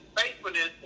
faithfulness